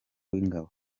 w’ingabo